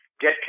get